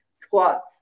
Squats